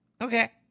Okay